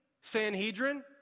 Sanhedrin